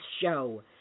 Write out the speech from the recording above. show